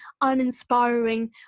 uninspiring